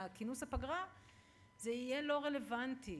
זה יהיה לא רלוונטי,